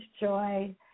joy